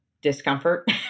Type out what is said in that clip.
discomfort